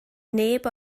neb